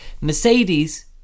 Mercedes